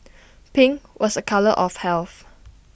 pink was A colour of health